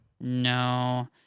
No